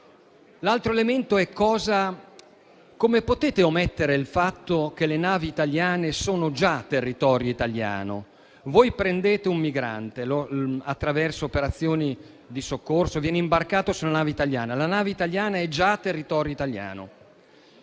L'altro elemento è: come potete omettere il fatto che le navi italiane sono già territorio italiano? Voi prendete un migrante che, attraverso operazioni di soccorso, viene imbarcato su una nave italiana. Tale nave è già territorio italiano;